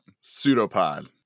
Pseudopod